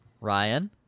Ryan